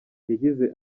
yagize